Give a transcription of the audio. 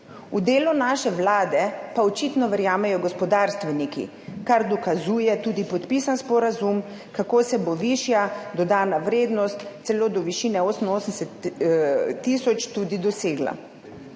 V delo naše vlade pa očitno verjamejo gospodarstveniki, kar dokazuje tudi podpisan sporazum, kako se bo višja dodana vrednost celo do višine 88 tisoč tudi dosegla.